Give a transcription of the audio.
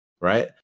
right